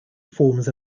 forms